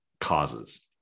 causes